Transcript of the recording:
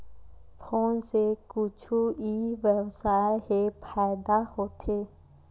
Phone से कुछु ई व्यवसाय हे फ़ायदा होथे?